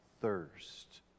thirst